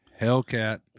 Hellcat